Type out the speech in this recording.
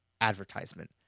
advertisement